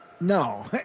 No